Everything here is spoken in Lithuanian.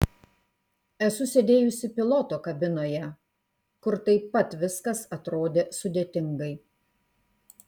esu sėdėjusi piloto kabinoje kur taip pat viskas atrodė sudėtingai